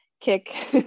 kick